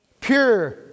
Pure